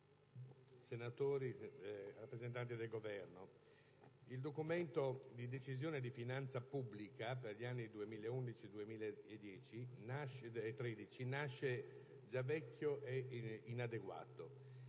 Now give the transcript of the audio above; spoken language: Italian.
signori rappresentanti del Governo, il documento di Decisione di finanza pubblica per gli anni 2011-2013 nasce già vecchio e inadeguato.